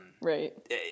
Right